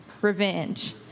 revenge